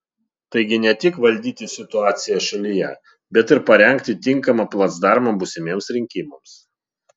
taigi ne tik valdyti situaciją šalyje bet ir parengti tinkamą placdarmą būsimiems rinkimams